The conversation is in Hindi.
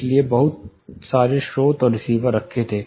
इसलिए हमने बहुत सारे स्रोत और रिसीवर रखे थे